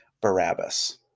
Barabbas